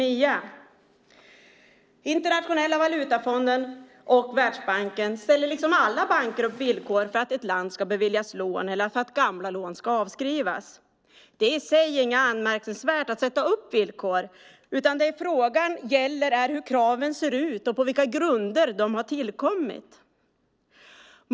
Internationella valutafonden och Världsbanken ställer liksom alla banker upp villkor för att ett land ska beviljas lån eller för att gamla lån ska avskrivas. Det är i sig inget anmärkningsvärt att sätta upp villkor, utan det frågan gäller är hur kraven ser ut och på vilka grunder de har tillkommit.